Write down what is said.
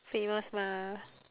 famous mah